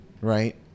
Right